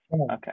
Okay